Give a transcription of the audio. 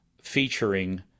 featuring